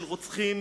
של רוצחים.